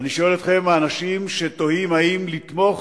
אני שואל אתכם, האנשים שתוהים האם לתמוך,